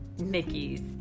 Mickey's